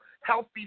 Healthy